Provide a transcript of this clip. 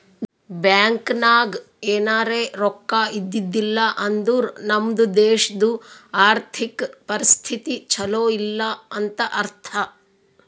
bank ನಾಗ್ ಎನಾರೇ ರೊಕ್ಕಾ ಇದ್ದಿದ್ದಿಲ್ಲ ಅಂದುರ್ ನಮ್ದು ದೇಶದು ಆರ್ಥಿಕ್ ಪರಿಸ್ಥಿತಿ ಛಲೋ ಇಲ್ಲ ಅಂತ ಅರ್ಥ